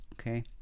okay